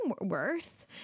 worth